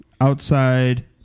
outside